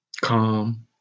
calm